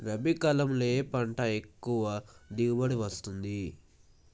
రబీ కాలంలో ఏ పంట ఎక్కువ దిగుబడి ఇస్తుంది?